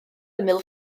ymyl